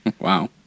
wow